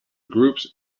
groups